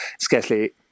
scarcely